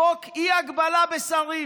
חוק אי-הגבלה של שרים.